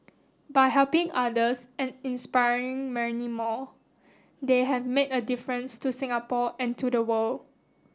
by helping others and inspiring many more they have made a difference to Singapore and to the world